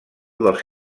dels